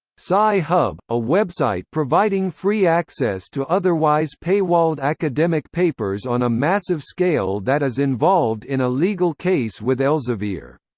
sci-hub, a website providing free access to otherwise paywalled academic papers on a massive scale that is involved in a legal case with elsevier